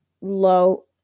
low